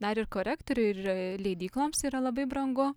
dar ir korektorių ir leidykloms yra labai brangu